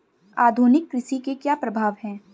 आधुनिक कृषि के क्या प्रभाव हैं?